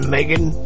Megan